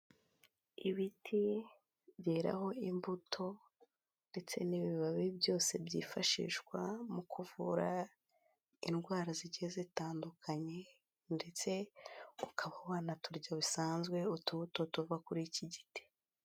Ibiti byeraho imbuto ndetse n'ibibabi byose byifashishwa mu kuvura indwara zigiye zitandukanye ndetse ukaba wanaturya bisanzwe utubuto tuva kuri iki giti.